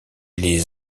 les